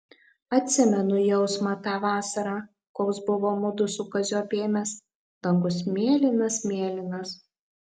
atsimenu jausmą tą vasarą koks buvo mudu su kaziu apėmęs dangus mėlynas mėlynas